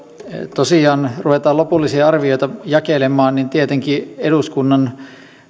tosiaan ruvetaan lopullisia arvioita jakelemaan niin tietenkin eduskunnan